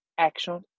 action